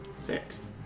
Six